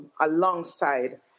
alongside